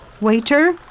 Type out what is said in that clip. Waiter